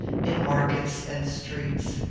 in markets and streets.